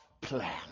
plan